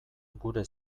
gure